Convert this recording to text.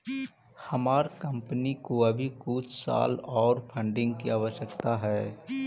हमार कंपनी को अभी कुछ साल ओर फंडिंग की आवश्यकता हई